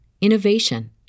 innovation